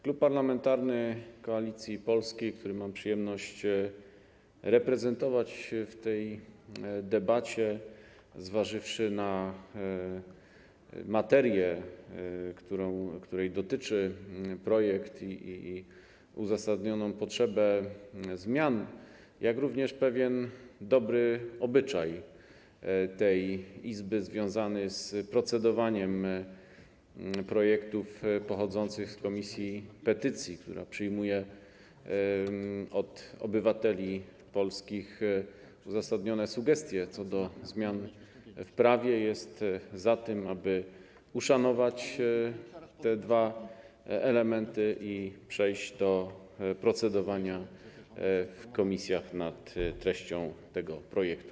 Klub Parlamentarny Koalicja Polska, który mam przyjemność reprezentować w tej debacie, zważywszy na materię, której dotyczy projekt i uzasadnioną potrzebę zmian, jak również pewien dobry obyczaj tej Izby związany z procedowaniem nad projektami pochodzącymi z Komisji do Spraw Petycji, która przyjmuje od polskich obywateli uzasadnione sugestie co do zmian w prawie, jest za tym, aby uszanować te dwa elementy i przejść do procedowania w komisjach nad treścią tego projektu.